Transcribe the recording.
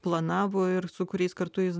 planavo ir su kuriais kartu jis